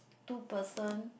two person